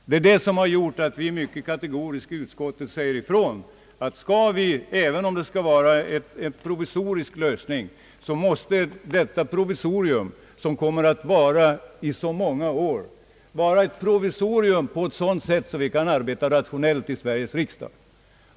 Detta är anledningen till att utskottsmajoriteten mycket kategoriskt uttalar att om det skall vara en provisorisk lösning av lokalfrågan måste provisoriet — som kommer att bestå under många år — vara utformat på ett sådant sätt att vi kan arbeta rationellt i Sveriges riksdag.